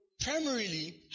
primarily